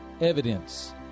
evidence